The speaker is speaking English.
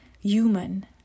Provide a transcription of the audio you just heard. human